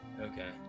okay